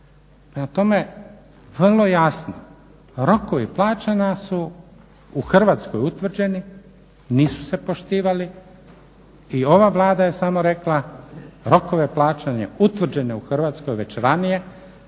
tome, vrlo jasno rokovi plaćanja su u Hrvatskoj utvrđeni, nisu se poštivali i ova Vlada je samo rekla rokove plaćanja utvrđene u Hrvatskoj već ranije